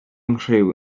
nghriw